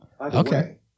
Okay